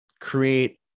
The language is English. create